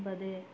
ஒன்பது